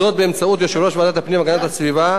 זאת באמצעות יושב-ראש ועדת הפנים והגנת הסביבה,